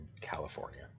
California